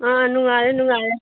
ꯑꯥ ꯅꯨꯡꯉꯥꯏꯔꯦ ꯅꯨꯡꯉꯥꯏꯔꯦ